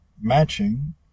matching